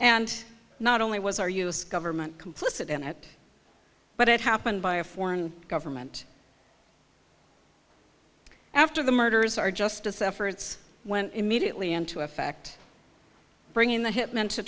and not only was our u s government complicit in it but it happened by a foreign government after the murders our justice efforts went immediately into effect bringing the hit men to